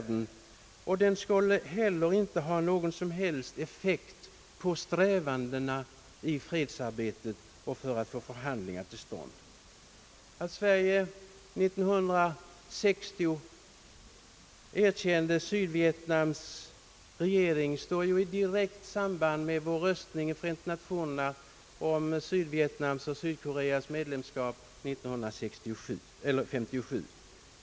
Den skulle heller inte ha någon som helst effekt på strävandena i fredsarbetet och för att få förhandlingar till stånd. Att Sverige 1960 erkände Sydvietnams regering stod i direkt samband med vår röstning i Förenta Nationerna om Sydvietnams och Sydkoreas medlemskap 1957.